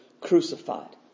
crucified